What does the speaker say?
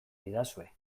didazue